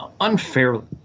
unfairly